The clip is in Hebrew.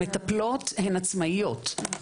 המטפלות הן עצמאיות,